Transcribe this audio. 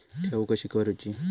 ठेवी कशी भरूची?